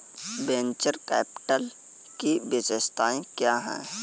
Venture capital की विशेषताएं क्या हैं?